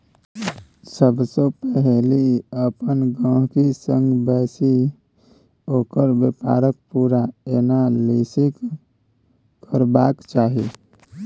सबसँ पहिले अपन गहिंकी संग बैसि ओकर बेपारक पुरा एनालिसिस करबाक चाही